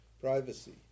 privacy